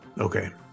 okay